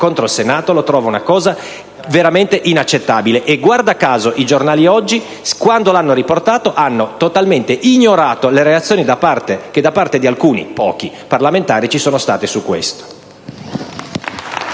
contro il Senato. Trovo che sia veramente inaccettabile, e guarda caso i giornali di oggi, quando l'hanno riportato, hanno totalmente ignorato le reazioni che da parte di alcuni - pochi - parlamentari ci sono state a seguito